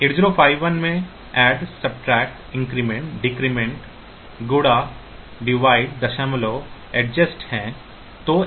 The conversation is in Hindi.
8051 में ऐड सबट्रेक्ट इन्क्रीमेंट डिक्रीमेंट गुणा डिवाइड दशमलव एडजस्ट जैसे